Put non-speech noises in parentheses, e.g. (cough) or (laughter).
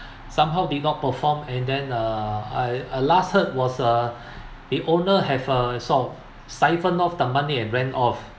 somehow did not perform and then uh I I last heard was uh (breath) the owner have uh sort of syphoned off the money and ran off